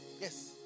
Yes